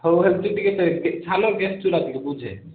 ହଉ ହେମତି ଟିକେ ସାନ ଗ୍ୟାସ୍ ଚୁଲା ଟିକେ ବୁଝେ